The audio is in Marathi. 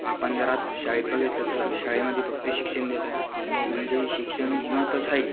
आपण जर आजच शाळेत बघितलं तर शाळेमधे फक्त शिक्षण देतात म्हणजे शिक्षण हे महत्त्वाचे आहे